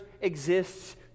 exists